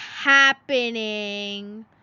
HAPPENING